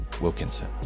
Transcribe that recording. Wilkinson